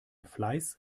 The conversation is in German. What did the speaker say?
fleiß